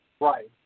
Right